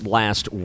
last